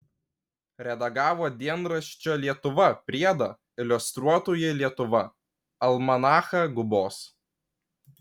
redagavo dienraščio lietuva priedą iliustruotoji lietuva almanachą gubos